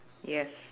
yes